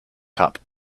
cup